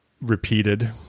repeated